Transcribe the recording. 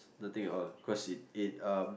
the thing on cause it it um